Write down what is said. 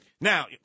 Now